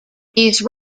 these